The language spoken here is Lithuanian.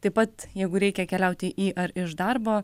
taip pat jeigu reikia keliauti į ar iš darbo